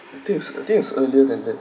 I think is I think is earlier than that